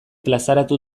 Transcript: plazaratu